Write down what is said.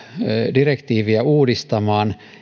direktiiviä uudistamaan